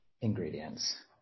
ingredients